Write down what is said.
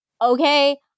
okay